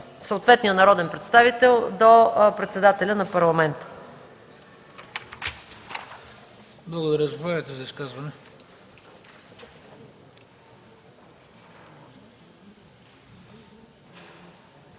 съответния народен представител до председателя на Парламента.